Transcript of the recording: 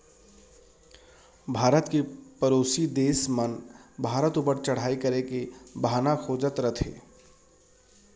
भारत के परोसी देस मन भारत ऊपर चढ़ाई करे के बहाना खोजत रथें